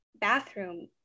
bathroom